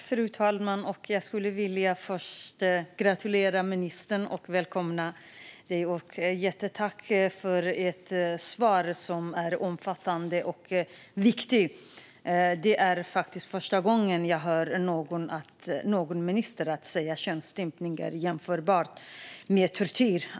Fru talman! Jag skulle först vilja gratulera ministern och välkomna honom samt uttrycka ett jättetack för ett omfattande och viktigt svar. Detta var faktiskt första gången jag hörde någon minister säga att könsstympning är jämförbart med tortyr.